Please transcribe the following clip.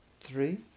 three